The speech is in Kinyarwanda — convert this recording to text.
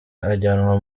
ajyanwa